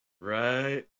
Right